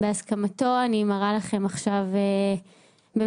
בהסכמתו אני מראה לכם עכשיו באמת,